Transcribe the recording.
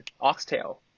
oxtail